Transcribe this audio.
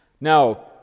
Now